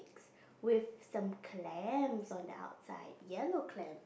with some clams on the outside yellow clam